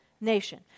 nation